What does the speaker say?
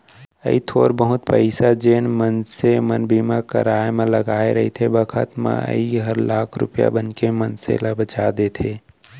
अइ थोर बहुत पइसा जेन मनसे मन बीमा कराय म लगाय रथें बखत म अइ हर लाख रूपया बनके मनसे ल बचा देथे